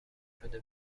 شده